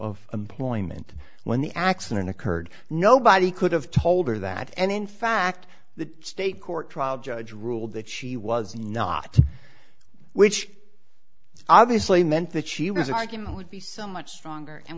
of employment when the accident occurred nobody could have told her that and in fact the state court judge ruled that she was not which is obviously meant that she was argument would be so much stronger and